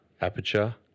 Aperture